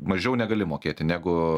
mažiau negali mokėti negu